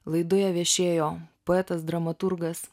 laidoje viešėjo poetas dramaturgas